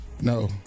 No